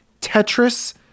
Tetris